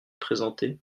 présenter